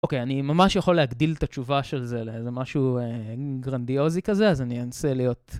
אוקיי, אני ממש יכול להגדיל את התשובה של זה לאיזה משהו גרנדיוזי כזה, אז אני אנסה להיות...